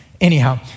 anyhow